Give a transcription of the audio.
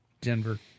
Denver